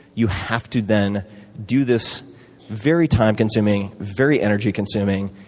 you have to then do this very time-consuming, very energy-consuming,